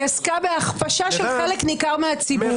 היא עסקה בהכפשה של חלק ניכר מהציבור.